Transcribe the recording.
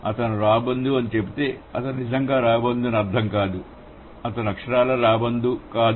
అతను రాబందు అని నేను చెబితే అతను నిజంగా రాబందు అని అర్ధం కాదు అతను అక్షరాలా రాబందు నిజంగా కాదు